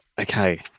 Okay